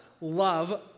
love